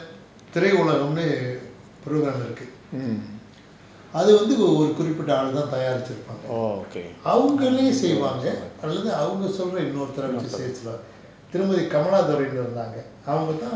mm orh okay